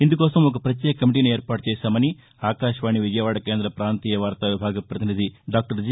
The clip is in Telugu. ఇందుకోసం ఒక ప్రత్యేక కమిటీని ఏర్పాటు చేశామని ఆకాశవాణి విజయవాడ కేంద్ర ప్రాంతీయ విభాగ ప్రపతినిధి డాక్టర్ జి